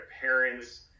parents